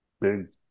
big